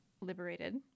liberated